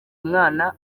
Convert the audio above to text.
umwana